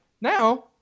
now